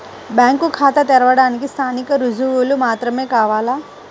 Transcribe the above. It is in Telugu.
బ్యాంకు ఖాతా తెరవడానికి స్థానిక రుజువులు మాత్రమే కావాలా?